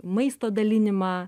maisto dalinimą